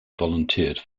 volunteered